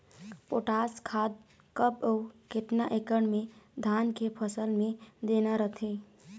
Potash खाद कब अऊ केतना एकड़ मे धान के फसल मे देना रथे?